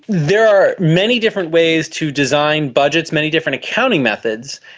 there are many different ways to design budgets, many different accounting methods,